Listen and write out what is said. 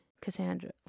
Cassandra